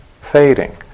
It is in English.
fading